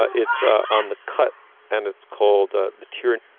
ah it's ah on the cut and it's called ah the turian